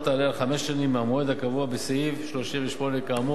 תעלה על חמש שנים מהמועד הקבוע בסעיף 38 האמור.